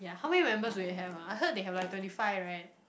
how many members do they have ah I heard they have like twenty five right